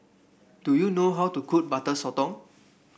do you know how to cook Butter Sotong